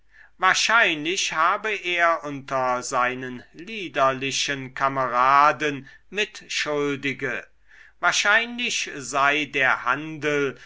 wahrscheinlich habe er unter seinen liederlichen kameraden mitschuldige wahrscheinlich sei der handel